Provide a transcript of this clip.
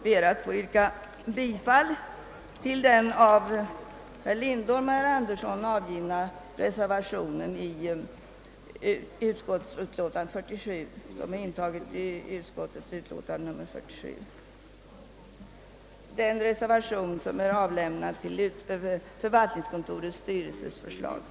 Med dessa ord ber jag att få yrka bifall till det av herr Lindholm under överläggningen framställda yrkandet.